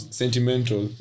sentimental